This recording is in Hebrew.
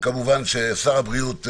וכמובן ששר הבריאות,